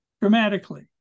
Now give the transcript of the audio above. dramatically